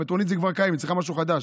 מטרונית זה דבר קיים, היא צריכה משהו חדש.